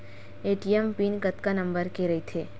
ATM PIN कतका number के रही थे?